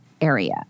area